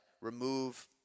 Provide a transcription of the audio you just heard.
remove